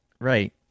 Right